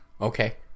Okay